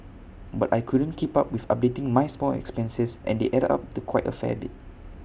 but I couldn't keep up with updating my small expenses and they added up to quite A fair bit